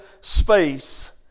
space